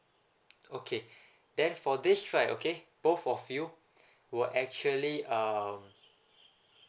okay then for this right okay both of you will actually um